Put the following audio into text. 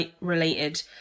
related